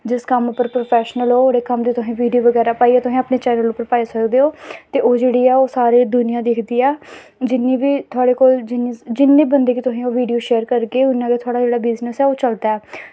जिस कम्म पर प्रोफैशनल ओ ओह्दी कम्म दी वीडियो बगैरा बनाइयै तुसें अपने चैनल उप्पर पाई सकदे ओ ते ओह् जेह्ड़ी ऐ ओह् सारी दुनियां दिखदी ऐ जिन्नी बी थोआढ़े कोल जिन्ने जिन्ने बंदे गी ओह् वीडियो तुस शेयर करगे उन्ना गै थोआढ़ा जेह्ड़ा बिज़नस ऐ ओह् चलदा ऐ